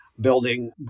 building